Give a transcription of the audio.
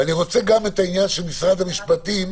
אני רוצה גם את העניין של משרד המשפטים.